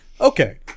Okay